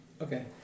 Okay